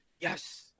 Yes